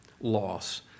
loss